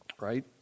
right